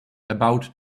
about